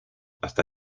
hasta